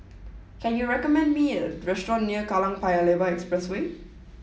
can you recommend me a restaurant near Kallang Paya Lebar Expressway